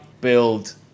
build